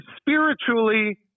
spiritually